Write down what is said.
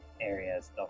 areas